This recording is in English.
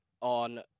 on